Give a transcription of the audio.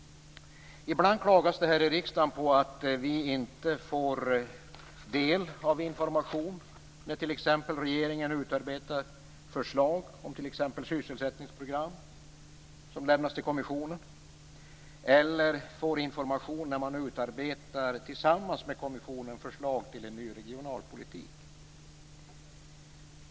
Ibland klagas det här i riksdagen på att vi inte får del av information, t.ex. när regeringen utarbetar förslag om sysselsättningsprogram som lämnas till kommissionen, eller får information där man tillsammans med kommissionen utarbetar förslag till en ny regionalpolitik.